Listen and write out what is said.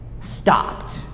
stopped